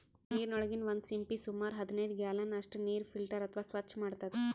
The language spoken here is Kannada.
ನೀರಿನೊಳಗಿನ್ ಒಂದ್ ಸಿಂಪಿ ಸುಮಾರ್ ಹದನೈದ್ ಗ್ಯಾಲನ್ ಅಷ್ಟ್ ನೀರ್ ಫಿಲ್ಟರ್ ಅಥವಾ ಸ್ವಚ್ಚ್ ಮಾಡ್ತದ್